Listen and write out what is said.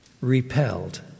repelled